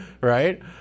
right